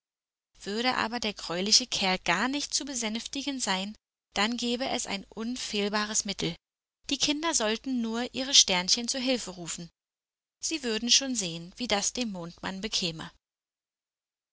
würde aber der greuliche kerl gar nicht zu besänftigen sein dann gäbe es ein unfehlbares mittel die kinder sollten nur ihre sternchen zur hilfe rufen sie würden schon sehen wie das dem mondmann bekäme